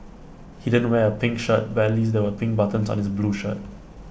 he didn't wear A pink shirt but at least there were pink buttons on his blue shirt